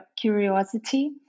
curiosity